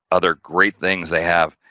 other great things they have,